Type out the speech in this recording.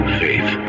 faith